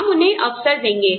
हम उन्हें अवसर देंगे